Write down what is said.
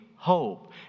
hope